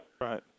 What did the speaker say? Right